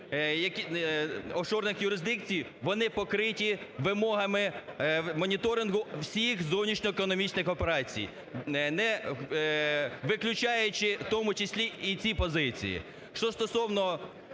офшорних юрисдикцій, вони покриті вимогами моніторингу всіх зовнішньоекономічних операцій, не виключаючи в тому числі і ці позиції. Що стосовно